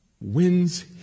wins